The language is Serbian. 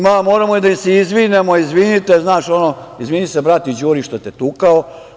Moramo da im se izvinimo, izvinite, znaš ono, izvini se bratu Đuri što te tukao.